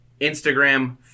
Instagram